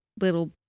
little